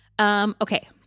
Okay